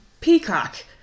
Peacock